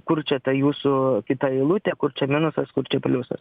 kur čia ta jūsų kita eilutė kur čia minusas kur čia pliusas